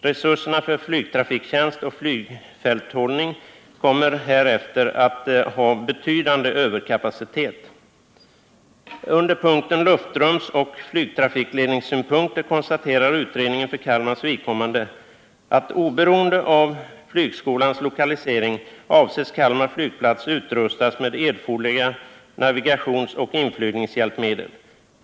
Resurserna för flygtrafiktjänst och flygfälthållning kommer härefter att ha betydande överkapacitet.” Under punkten Luftrumsoch flygtrafikledningssynpunkter konstaterar utredningen för Kalmars vidkommande: ”Oberoende av flygskolans lokalisering avses Kalmar flygplats utrustas med erforderliga navigeringsoch inflygningshjälpmedel.